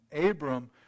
Abram